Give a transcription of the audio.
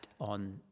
on